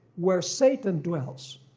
where satan dwells.